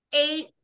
eight